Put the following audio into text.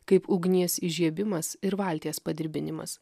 kaip ugnies įžiebimas ir valties padirbinimas